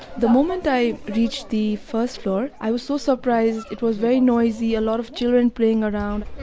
the moment i reached the first floor, i was so surprised. it was very noisy, a lot of children playing around.